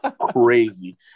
crazy